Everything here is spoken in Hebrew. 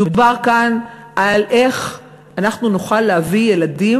מדובר כאן על איך אנחנו נוכל להביא ילדים